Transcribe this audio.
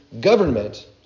government